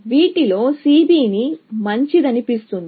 వీటిలో C B మంచిదనిపిస్తుంది